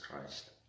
Christ